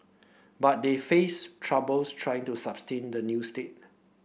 but they face troubles trying to sustain the new state